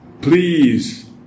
Please